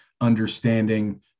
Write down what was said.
understanding